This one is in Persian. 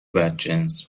بدجنس